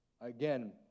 Again